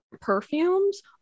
perfumes